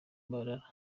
mbarara